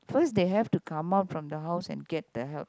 first they have to come out from the house and get the help